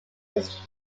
was